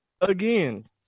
Again